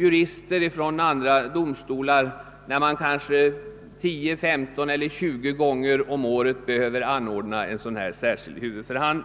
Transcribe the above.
jurister från andra domstolar vid de kanske 10, 15 eller 20 tillfällen varje år när särskild huvudförhandling behöver anordnas.